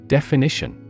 Definition